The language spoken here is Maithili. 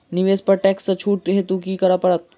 निवेश पर टैक्स सँ छुट हेतु की करै पड़त?